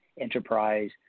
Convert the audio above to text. enterprise